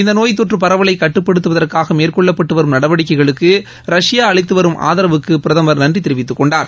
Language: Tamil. இந்த நோய் தொற்று பரவலை கட்டுப்படுத்துவதற்காக மேற்கொள்ளப்பட்டு வரும் நடவடிக்கைகளுக்கு ரஷ்யா அளித்து வரும் ஆதரவுக்கு பிரதமர் நன்றி தெரிவித்தார்